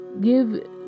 give